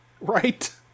Right